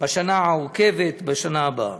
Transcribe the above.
בשנה העוקבת, בשנה הבאה.